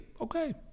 Okay